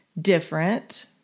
different